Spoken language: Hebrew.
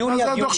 יולי עד יולי משנה